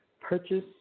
purchase